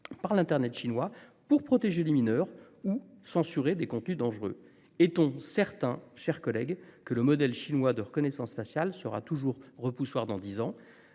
par l'internet chinois pour protéger les mineurs ou censurer des contenus dangereux. Sommes-nous certains, mes chers collègues, que le modèle chinois de reconnaissance faciale constituera toujours un repoussoir dans dix ans ?